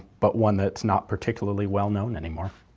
but one that's not particularly well known anymore.